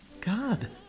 God